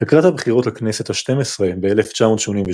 לקראת הבחירות לכנסת השתים עשרה ב-1988,